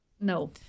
No